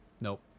Nope